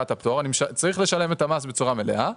הפטור אני צריך לשלם את המס בצורה מלאה,